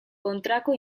kontrako